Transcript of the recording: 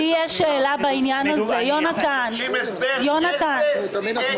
אנחנו מבקשים הסבר איזה שיאי כוח אדם